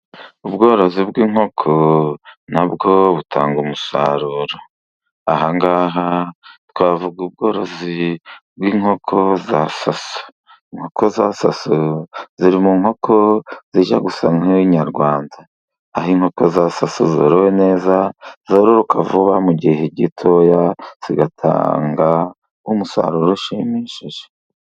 Ubworozi bw'inkoko nabwo butanga umusaruro. Ahangaha twavuga ubworozi bw'inkoko za saso, inkoko za saso n'nkoko zijya gusa n'Inyarwanda, aho inkoko za saso zorowe neza zororoka vuba mu gihe gitoya zigatanga umusaruro ushimishije.